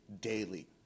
daily